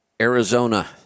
Arizona